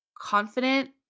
confident